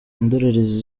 indorerezi